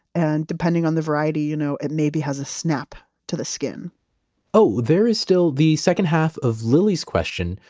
and depending on the variety, you know it maybe has a snap to the skin oh, there is still the second half to lily's question,